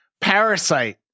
Parasite